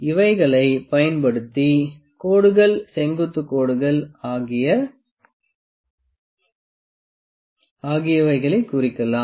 இவைகளை பயன்படுத்தி கோடுகள் செங்குத்து கோடுகள் ஆகியவைகளை குறிக்கலாம்